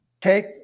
take